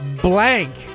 Blank